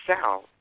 South